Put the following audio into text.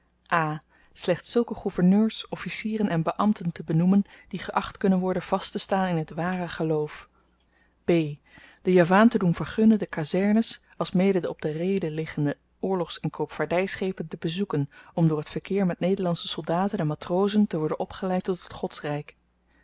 a slechts zulke gouverneurs officieren en beambten te benoemen die geacht kunnen worden vasttestaan in het ware geloof b den javaan te doen vergunnen de kazernes alsmede de op de reeden liggende oorlogs en koopvaardyschepen te bezoeken om door t verkeer met nederlandsche soldaten en matrozen te worden opgeleid tot